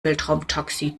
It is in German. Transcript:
weltraumtaxi